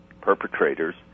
perpetrators